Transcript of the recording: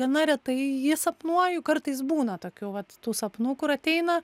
gana retai jį sapnuoju kartais būna tokių vat tų sapnų kur ateina